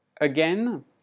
Again